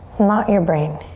not your brain.